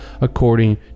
according